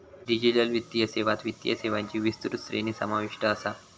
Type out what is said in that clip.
digital वित्तीय सेवात वित्तीय सेवांची विस्तृत श्रेणी समाविष्ट असा